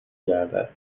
گردد